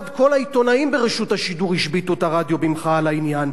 כל העיתונאים ברשות השידור השביתו את הרדיו במחאה על העניין.